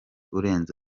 urenze